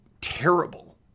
terrible